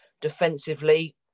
defensively